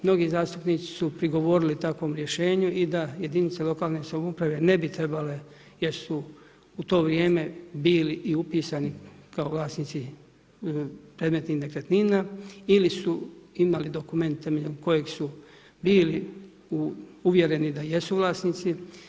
Mnogi zastupnici su prigovorili takvom rješenju i da jedinica lokalne samouprave ne bi trebale jer su u to vrijeme bili i upisani kao vlasnici predmetnih nekretnina ili su imali dokumente temeljem kojega su bili uvjereni da jesu vlasnici.